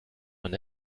man